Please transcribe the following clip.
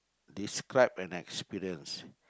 describe an experience